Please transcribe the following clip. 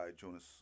Jonas